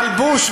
מלבוש,